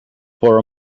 for